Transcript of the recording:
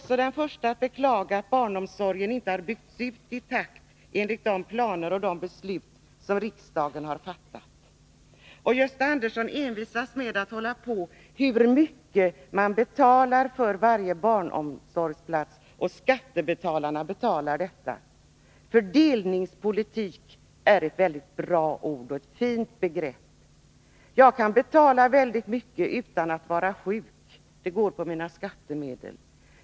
Jag är den första att beklaga att barnomsorgen inte byggts ut i den takt som riksdagen har fattat beslut om. Gösta Andersson envisas med att titta på hur mycket skattebetalarna betalar per barnomsorgsplats. Så kan man ju ändå inte räkna. Fördelnings politik är ett fint begrepp. Jag kan betala mycket till sjukförsäkringen utan att vara sjuk — via mina skattemedel.